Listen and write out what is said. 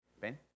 Ben